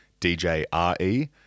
DJRE